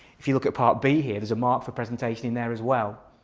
if you look at part b here there's a mark for presentation in there as well.